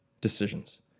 decisions